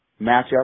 matchup